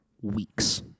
weeks